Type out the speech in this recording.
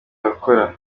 bakora